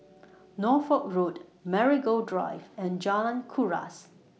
Norfolk Road Marigold Drive and Jalan Kuras